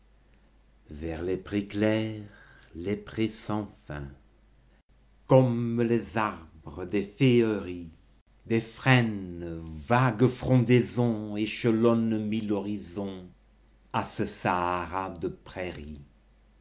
vers les prés clairs les prés sans fin comme les arbres des féeries des frênes vagues frondaisons échelonnent mille horizons a ce sahara de prairies